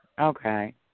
Okay